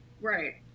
Right